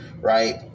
right